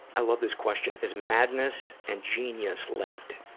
i love this question. is madness and genius linked?